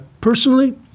personally